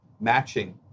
matching